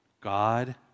God